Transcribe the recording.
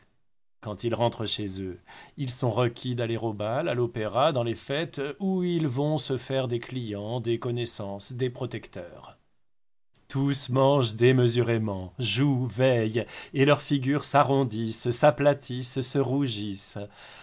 quand ils rentrent chez eux ils sont requis d'aller au bal à l'opéra dans les fêtes où ils vont se faire des clients des connaissances des protecteurs tous mangent démesurément jouent veillent et leurs figures s'arrondissent s'aplatissent se rougissent